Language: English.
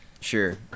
sure